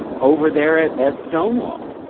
over there at at stonewall.